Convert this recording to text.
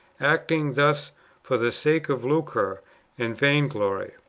acting thus for the sake of lucre and vainglory.